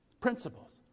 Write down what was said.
principles